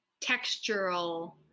textural